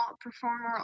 performer